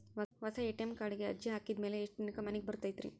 ಹೊಸಾ ಎ.ಟಿ.ಎಂ ಕಾರ್ಡಿಗೆ ಅರ್ಜಿ ಹಾಕಿದ್ ಮ್ಯಾಲೆ ಎಷ್ಟ ದಿನಕ್ಕ್ ಮನಿಗೆ ಬರತೈತ್ರಿ?